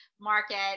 Market